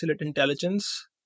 intelligence